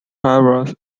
harbour